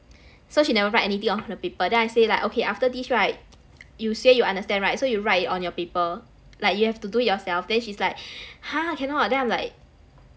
so she never write anything on the paper then I say like okay after this right you say you understand right so you write it on your paper like you have to do it yourself then she's like !huh! cannot then I'm like